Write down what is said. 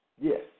Yes